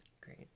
Great